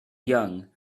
young